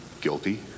Guilty